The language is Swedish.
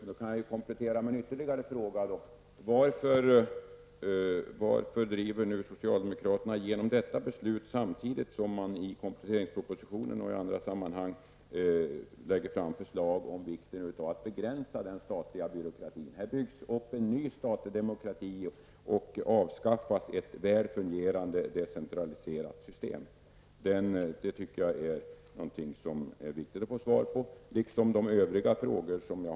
Låt mig komplettera med ytterligare en fråga: Varför driver socialdemokraterna nu igenom detta beslut samtidigt som man i kompletteringspropositionen och i andra sammanhang lägger fram förslag om vikten av att begränsa den statliga byråkratin? Här byggs upp en ny statlig byråkrati och avskaffas ett väl fungerande och decentraliserat system. Denna fråga liksom andra frågor som jag har ställt tycker jag det är viktigt att få besvarade.